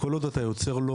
כל עוד אתה יוצר לו